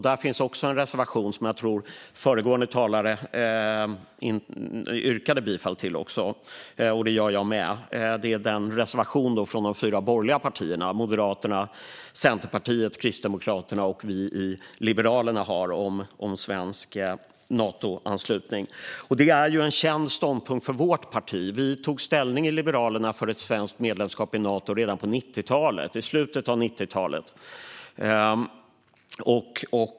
Där finns också en reservation, som jag tror att föregående talare yrkade bifall till. Det gör jag med. Det är reservationen som de fyra borgerliga partierna, Moderaterna, Centerpartiet, Kristdemokraterna och Liberalerna, har om svensk Natoanslutning. Det är en känd ståndpunkt från vårt parti. Vi i Liberalerna tog ställning för ett svenskt medlemskap i Nato redan i slutet av 90-talet.